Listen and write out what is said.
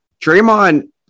Draymond